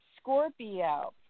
Scorpio